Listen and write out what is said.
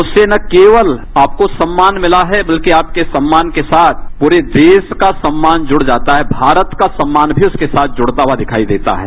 उससे न केवल आपको न सम्मान मिला है बल्कि आपके सम्मान के साथ पूरे देश का सम्मान जुड़ जाता है भारत का सम्मान भी उसके साथ जुड़ता हुआ दिखाई देता है